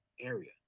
area